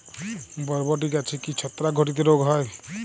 বরবটি গাছে কি ছত্রাক ঘটিত রোগ হয়?